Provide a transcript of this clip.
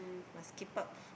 must keep up